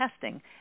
testing